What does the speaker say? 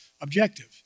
objective